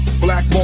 Black